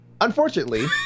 Unfortunately